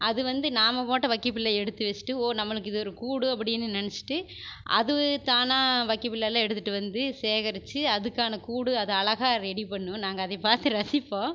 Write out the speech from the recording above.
அது வந்து நாம் போட்ட வைக்கப்பில்லை எடுத்து வெச்சிட்டு ஓ நம்மளுக்கு இது ஒரு கூடு அப்படின்னு நெனச்சிட்டு அது தானாக வைக்கப்பில்லெல்லாம் எடுத்துகிட்டு வந்து சேகரிச்சு அதுக்கான கூடு அது அழகாக ரெடி பண்ணும் நாங்கள் அதை பார்த்து ரசிப்போம்